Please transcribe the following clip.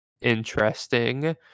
interesting